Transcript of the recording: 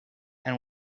and